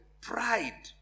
pride